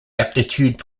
aptitude